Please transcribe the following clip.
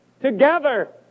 Together